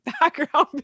background